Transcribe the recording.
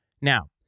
Now